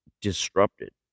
disrupted